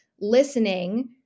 listening